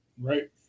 Right